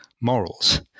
morals